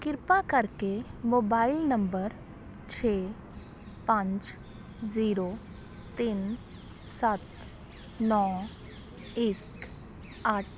ਕਿਰਪਾ ਕਰਕੇ mobile number ਛੇ ਪੰਜ ਜ਼ੀਰੋ ਤਿੰਨ ਸੱਤ ਨੌਂ ਇੱਕ ਅੱਠ